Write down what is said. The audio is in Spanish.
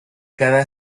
cada